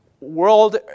world